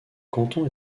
canton